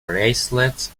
bracelets